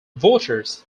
voters